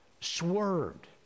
swerved